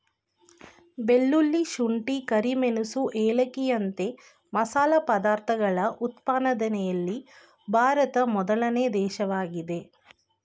ಬೆಳ್ಳುಳ್ಳಿ, ಶುಂಠಿ, ಕರಿಮೆಣಸು ಏಲಕ್ಕಿಯಂತ ಮಸಾಲೆ ಪದಾರ್ಥಗಳ ಉತ್ಪಾದನೆಯಲ್ಲಿ ಭಾರತ ಮೊದಲನೇ ದೇಶವಾಗಿದೆ